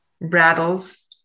rattles